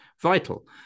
vital